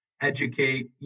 educate